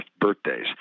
birthdays